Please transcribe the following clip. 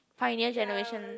Pioneer Generation